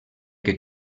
que